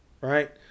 right